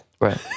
Right